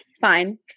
Fine